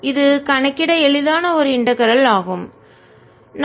இது கணக்கிட எளிதான ஒரு இன்டகரல் ஒருங்கிணைப்பு ஆகும்